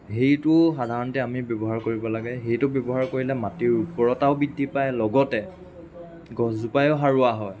সেইটো সাধাৰণতে আমি ব্যৱহাৰ কৰিব লাগে সেইটো ব্যৱহাৰ কৰিলে মাটিৰ উৰ্বৰতাও বৃদ্ধি পায় লগতে গছজোপাও সাৰুৱা হয়